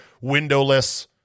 windowless